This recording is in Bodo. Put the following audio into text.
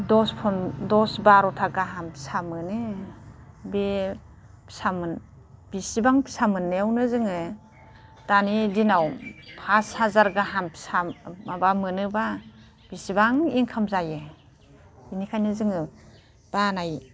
दस बार'था गाहाम फिसा मोनो बे फिसा बेसेबां फिसा मोननायावनो जोङो दानि दिनाव फास हाजार गाहाम फिसा माबा मोनोबा बेसेबां इनकाम जायो बेनिखायनो जोङो बानाय